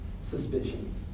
suspicion